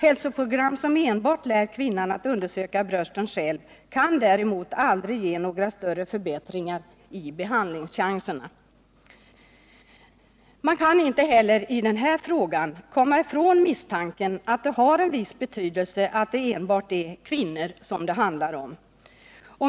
Hälsoprogram som enbart lär kvinnan att undersöka brösten själv kan däremot aldrig ge några större förbättringar av behandlingschanserna. Man kan inte heller i den här frågan komma ifrån misstanken att det har en viss betydelse att det är enbart kvinnor det handlar om.